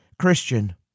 Christian